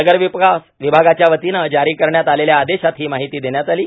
नगरविकास विभागाच्या वतीनं जारी करण्यात आलेल्या आदेशात ही माहिती देण्यात आली आहे